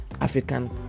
african